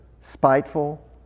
spiteful